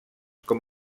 com